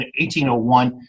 1801